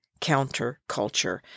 counterculture